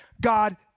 God